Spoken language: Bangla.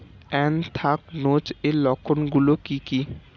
এ্যানথ্রাকনোজ এর লক্ষণ গুলো কি কি?